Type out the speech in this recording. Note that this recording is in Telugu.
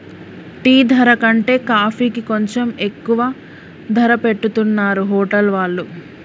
టీ ధర కంటే కాఫీకి కొంచెం ఎక్కువ ధర పెట్టుతున్నరు హోటల్ వాళ్ళు